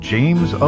James